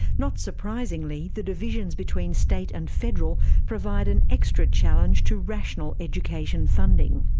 so not surprisingly, the divisions between state and federal provide an extra challenge to rational education funding.